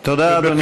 תודה, אדוני.